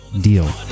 deal